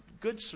good